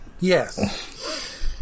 Yes